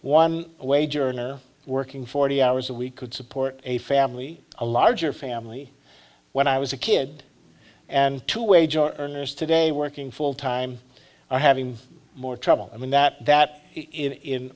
a wage earner working forty hours a week could support a family a larger family when i was a kid and two wage or earners today working full time are having more trouble i mean that that in